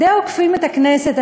עוקפים את הכנסת.